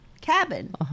cabin